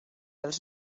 els